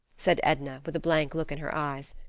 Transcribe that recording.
said edna, with a blank look in her eyes.